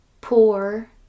poor